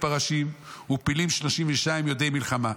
פרשים ופילים שלושים ושנים יודעי מלחמה.